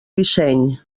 disseny